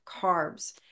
carbs